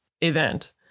event